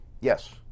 Yes